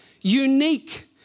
unique